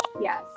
yes